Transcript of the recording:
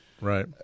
Right